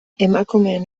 emakumeen